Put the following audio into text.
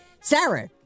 Sarah